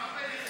מה זו עמותה?